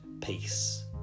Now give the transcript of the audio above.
peace